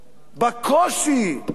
בקושי,